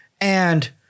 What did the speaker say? and-